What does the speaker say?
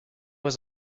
was